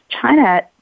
China